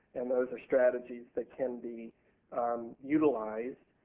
and those are strategies that can be utilized